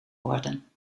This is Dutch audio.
worden